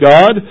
God